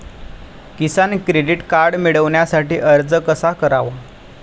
किसान credit card मिळवण्यासाठी अर्ज कसा करावा?